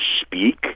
speak